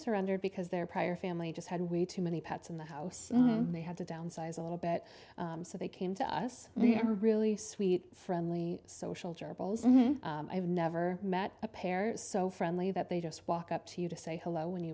surrendered because their prior family just had way too many pets in the house they had to downsize a little bit so they came to us we have a really sweet friendly social durables i've never met a pair so friendly that they just walk up to you to say hello when you